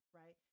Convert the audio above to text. right